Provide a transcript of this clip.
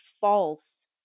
false